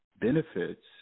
benefits